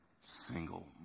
single